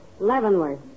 Leavenworth